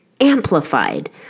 amplified